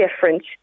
different